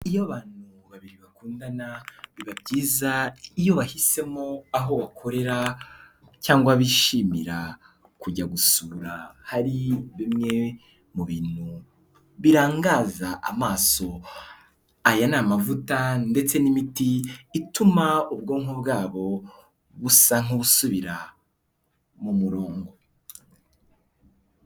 Iyo abantu babiri bakundana biba byiza iyo bahisemo aho bakorera cyangwa bishimira kujya gusura, hari bimwe mu bintu birangaza amaso, aya ni amavuta ndetse n'imiti ituma ubwonko bwabo busa nk'ubusubira mu murongo.